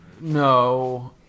no